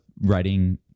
writing